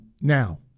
Now